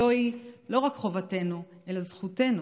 זוהי לא רק חובתנו אלא זכותנו,